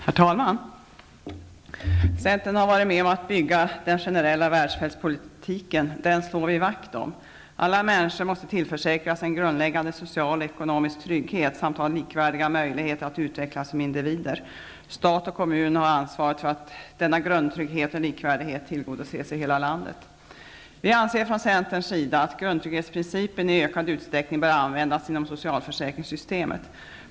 Herr talman! Centern har varit med om att bygga den generella välfärdspolitiken. Den slår vi vakt om. Alla människor måste tillförsäkras en grundläggande social ekonomisk trygghet samt ha likvärdiga möjligheter att utvecklas som individer. Stat och kommun har ansvaret för att denna grundtrygghet och likvärdighet tillgodoses i hela landet. Vi anser från centerns sida att grundtrygghetsprincipen i ökad utsträckning bör användas inom socialförsäkringssystemet.